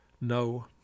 no